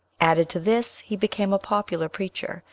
added to this, he became a popular preacher,